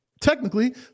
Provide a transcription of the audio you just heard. Technically